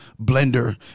blender